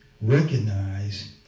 recognize